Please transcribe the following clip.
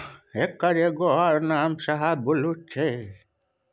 एकर एगो अउर नाम शाहबलुत छै